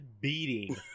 beating